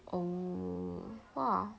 oh !wah!